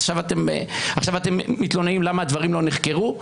עכשיו אתם מתלוננים למה הדברים לא נחקרו?